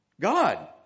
God